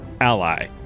ally